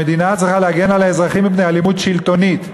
המדינה צריכה להגן על האזרחים מפני אלימות שלטונית,